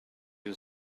you